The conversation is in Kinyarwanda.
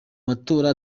matora